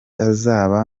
azaba